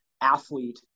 athlete